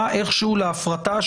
שקשורה איכשהו להפרטה,